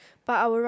but I will rather